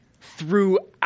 throughout